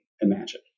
imagine